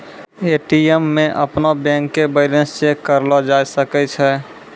ATM मे अपनो bank के बैलेंस चेक करलो जाय सकै छै